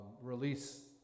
release